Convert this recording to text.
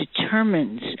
determines